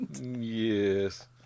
Yes